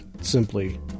simply